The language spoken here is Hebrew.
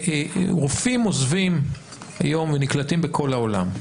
רופאים עוזבים היום ונקלטים בכל העולם.